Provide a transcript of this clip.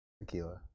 tequila